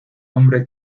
hombre